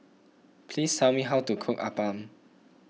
please tell me how to cook Appam